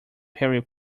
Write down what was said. perry